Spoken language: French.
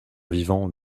vivant